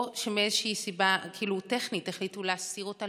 שמאיזושהי סיבה טכנית החליטו להסיר אותה,